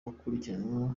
bakurikiranye